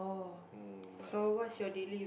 um but